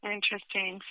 Interesting